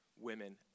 women